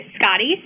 Scotty's